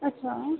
अच्छा आ